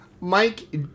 Mike